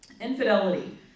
Infidelity